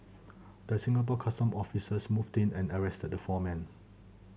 the Singapore Customs officers moved in and arrested the four men